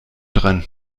drin